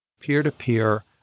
peer-to-peer